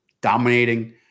dominating